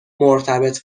مرتبط